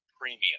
premium